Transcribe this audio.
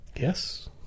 Yes